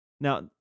Now